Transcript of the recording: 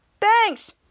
thanks